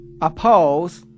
Oppose